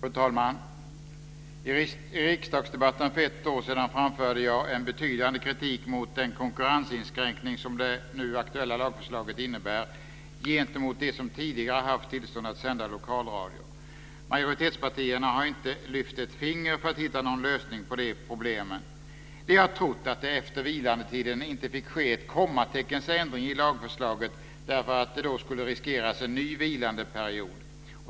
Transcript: Fru talman! I riksdagsdebatten för ett år sedan framförde jag en betydande kritik mot den konkurrensinskränkning som det nu aktuella lagförslaget innebär gentemot dem som haft tidigare tillstånd att sända lokalradio. Majoritetspartierna har inte lyft ett finger för att hitta någon lösning på de problemen. De har trott att det efter vilandetiden inte fick ske ett kommateckens ändring i lagförslaget därför att en ny vilandeperiod då skulle riskeras.